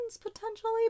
potentially